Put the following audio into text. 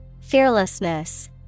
Fearlessness